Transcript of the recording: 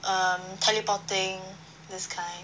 um teleporting this kind